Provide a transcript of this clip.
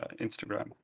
Instagram